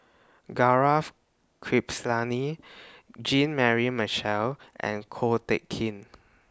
Gaurav Kripalani Jean Mary Marshall and Ko Teck Kin